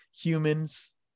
humans